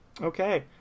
Okay